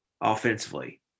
offensively